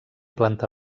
planta